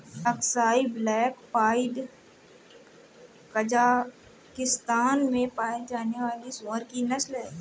Aksai black pied Kazakhstan में पाया जाने वाली सूअर की नस्ल है